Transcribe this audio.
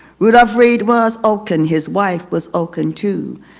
rudolph reed was oaken. his wife was oaken too.